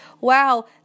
wow